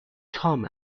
تام